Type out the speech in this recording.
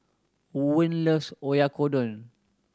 Owen loves Oyakodon